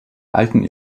alten